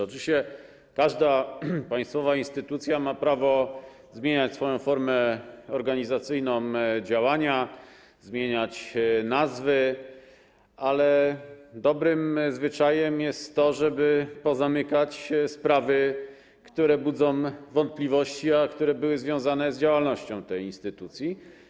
Oczywiście, każda państwowa instytucja ma prawo zmieniać swoją organizacyjną formę działania, zmieniać nazwy, ale dobrym zwyczajem jest to, żeby pozamykać sprawy, które budzą wątpliwości, a które były związane z działalnością tej instytucji.